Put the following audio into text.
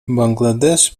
бангладеш